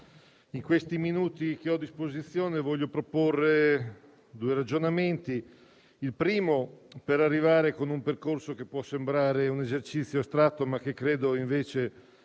nei minuti che ho a disposizione voglio proporre due ragionamenti. Il primo è un percorso che può sembrare un esercizio astratto, ma che credo, invece,